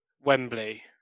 Wembley